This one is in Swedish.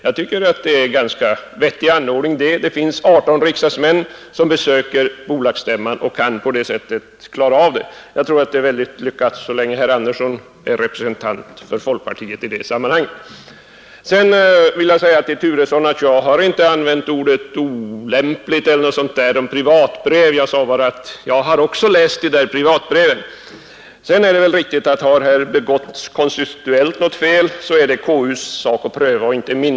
Jag tycker att det är en ganska vettig ordning att 18 riksdagsmän besöker bolagsstämman, och jag tror att det är väldigt lyckat så länge herr Andersson är folkpartiets representant i det sammanhanget. Så vill jag säga till herr Turesson att jag inte använt ordet olämpligt eller någonting sådant om privatbrev. Jag sade bara att jag också har läst de där privatbreven. Sedan är det väl riktigt att om det har begåtts något konstitutionellt fel, så är det konstitutionsutskottets uppgift att pröva den saken och inte min.